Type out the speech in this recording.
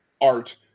art